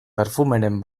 perfumeren